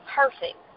perfect